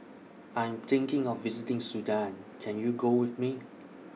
I Am thinking of visiting Sudan Can YOU Go with Me